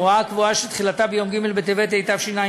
והוא הוראה קבועה שתחילתה ביום ג' בטבת התשע"ז,